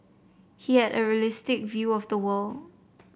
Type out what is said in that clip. he had a realistic view of the world